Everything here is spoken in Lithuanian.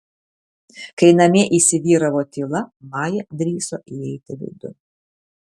kai namie įsivyravo tyla maja drįso įeiti vidun